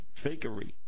fakery